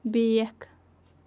بیٚکھ